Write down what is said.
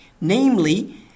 namely